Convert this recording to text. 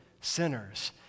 Sinners